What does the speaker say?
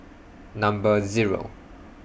Number Zero